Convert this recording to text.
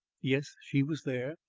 yes, she was there.